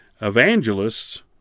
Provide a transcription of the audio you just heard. evangelists